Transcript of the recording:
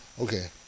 Okay